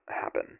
happen